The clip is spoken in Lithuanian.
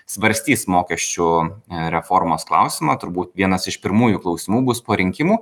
svarstys mokesčių reformos klausimą turbūt vienas iš pirmųjų klausimų bus po rinkimų